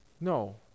No